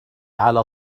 على